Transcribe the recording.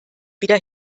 wieder